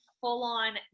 full-on